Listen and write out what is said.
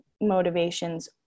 motivations